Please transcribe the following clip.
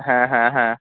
হ্যাঁ হ্যাঁ হ্যাঁ